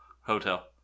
hotel